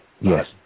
Yes